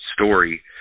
story